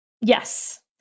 Yes